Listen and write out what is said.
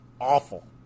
awful